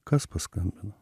kas paskambino